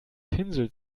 pinsel